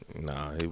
Nah